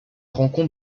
rencontre